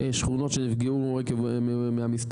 שכונות שנפגעו מהמסתננים.